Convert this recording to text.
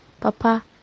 Papa